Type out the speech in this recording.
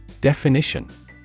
Definition